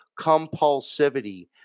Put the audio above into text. compulsivity